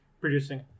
Producing